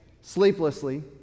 sleeplessly